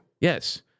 Yes